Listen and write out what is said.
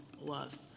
love